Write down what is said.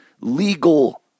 legal